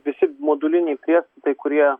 visi moduliniai tie kurie